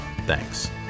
Thanks